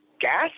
gas